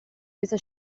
questa